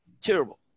terrible